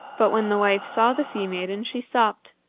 but when the wife saw the sea-maiden she stopped.